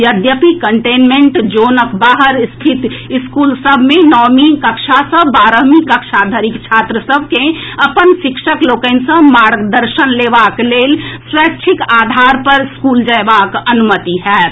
यद्यपि कंटेनमेंट जोनक बाहर स्थित स्कूल सभ मे नवमी कक्षा सँ बारहमी कक्षा धरिक छात्र सभ के अपन शिक्षक लोकनि सँ मार्गदर्शन लेबाक लेल स्वच्छिक आधार पर स्कूल जयबाक अनुमति होएत